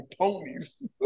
ponies